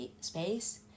space